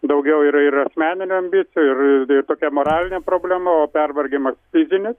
daugiau ir ir asmeninių ambicijų ir ir tokia moralinė problema o pervargimo fizinis